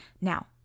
Now